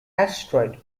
asteroid